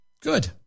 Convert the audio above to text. Good